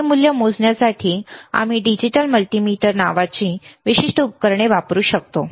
हे मूल्य मोजण्यासाठी आम्ही डिजिटल मल्टीमीटर नावाची ही विशिष्ट उपकरणे वापरू शकतो